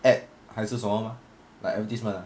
ad 还是什么 mah like advertisement